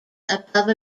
above